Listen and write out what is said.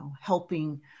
helping